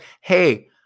hey